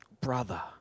brother